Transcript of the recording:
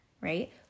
right